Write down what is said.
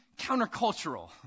countercultural